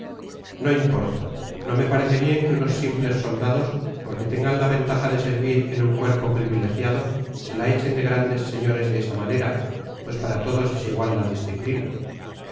no importa no me parece bien que unos simples moldados porque tengan la ventaja de servir en un cuerpo privilejiado se la echen de grandes señores de esa manera pues para todos es igual la disciplina